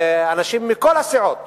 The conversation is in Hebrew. אנשים מכל הסיעות,